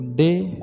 day